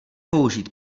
použít